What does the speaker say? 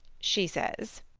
she says,